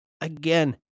Again